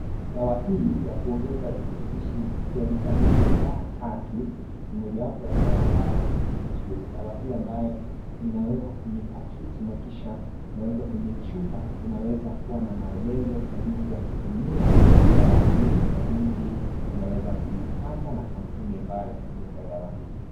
Dawa hii ya kuongeza virutubishi vya vitamini daa tatu ni mojawapo ya dawa ambayo ni nzuri. Dawa hii ambayo inawekwa kwenye pakiti na kisha inawekwa kwenye chupa inaweza kuwa na maelezo ya jinsi ya kutumia dawa hii na jinsi unaweza kuipata na kampuni ambayo imeunda dawa hii.